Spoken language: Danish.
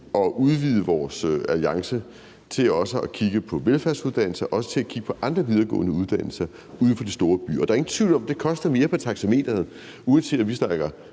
at udvide vores alliance til også at kigge på velfærdsuddannelser og kigge på andre videregående uddannelser uden for de store byer. Der er ingen tvivl om, at det koster mere på taxameteret, uanset om vi snakker